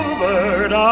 bird